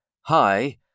Hi